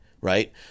Right